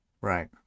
Right